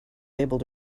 able